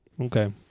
Okay